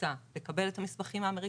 בממוצע לקבל את המסמכים האמריקאים,